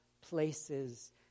places